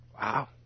Wow